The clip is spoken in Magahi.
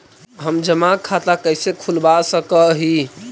हम जमा खाता कैसे खुलवा सक ही?